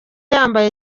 yambaye